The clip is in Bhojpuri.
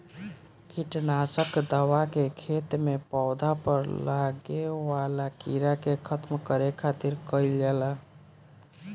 किट नासक दवा के खेत में पौधा पर लागे वाला कीड़ा के खत्म करे खातिर कईल जाला